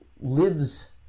lives